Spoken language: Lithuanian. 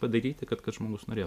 padaryti kad kad žmogus norėtų